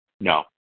No